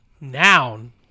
noun